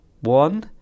one